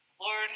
Lord